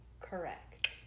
Correct